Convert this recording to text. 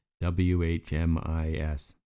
W-H-M-I-S